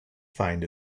find